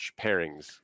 pairings